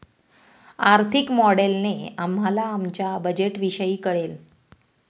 आर्थिक मॉडेलने आम्हाला आमच्या बजेटविषयी कळेल